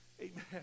Amen